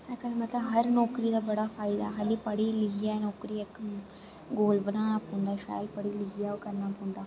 मतलब हर नौकरी दा बड़ा फायदा खाली पढ़ी लिखी ऐ नौकरी इक गोल बनाना पौंदा ऐ शैल पढ़ी लिखी ऐ करना पौंदा